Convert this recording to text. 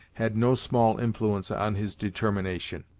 had no small influence on his determination.